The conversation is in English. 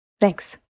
Thanks